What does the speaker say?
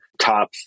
top